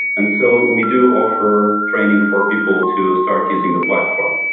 and so we do offer training for people to start using the platform.